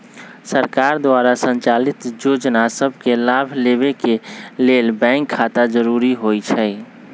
सरकार द्वारा संचालित जोजना सभके लाभ लेबेके के लेल बैंक खता जरूरी होइ छइ